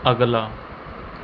ਅਗਲਾ